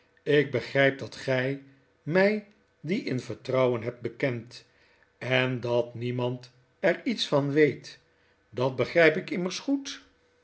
ik begryp dat gij my die in vertrouwen hebt bekend en dat niemand er iets van weet dat begrijp ik immers goed